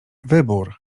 wybór